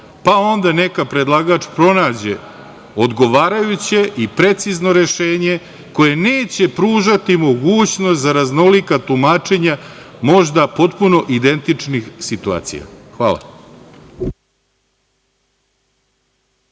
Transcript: pa onda neka predlagač pronađe odgovarajuća i precizno rešenje koje neće pružati mogućnost za raznolika tumačenja možda potpuno identičnih situacija. Hvala.